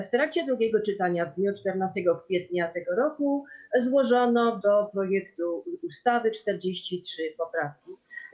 W trakcie drugiego czytania w dniu 14 kwietnia tego roku złożono do projektu ustawy 43 poprawki.